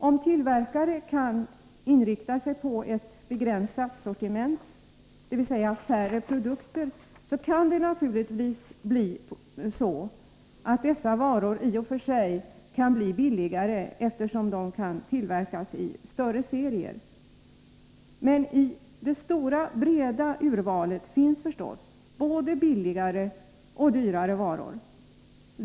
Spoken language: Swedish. Om tillverkare kan inrikta sig på ett begränsat sortiment, dvs. färre produkter, kan det naturligtvis bli så, att dessa varor i och för sig kan bli billigare, eftersom de kan tillverkas i större serier. Men i det stora, breda urvalet finns förstås både billigare och dyrare varor.